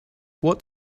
what